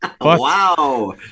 Wow